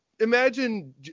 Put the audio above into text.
imagine